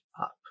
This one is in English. up